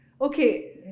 okay